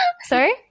Sorry